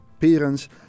parents